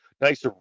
nice